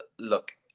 look